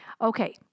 Okay